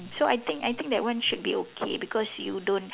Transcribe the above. so I think I think that should be okay cause you don't